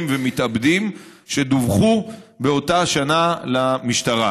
ומתאבדים שדווחו באותה השנה למשטרה.